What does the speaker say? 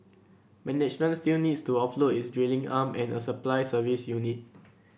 management still needs to offload its drilling arm and a supply service unit